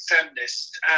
feminist